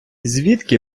звідки